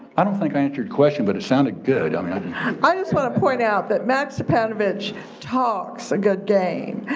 i don't think i answered question but it sounded good. i mean i just wanna point out that mac stipanovich talks a good game.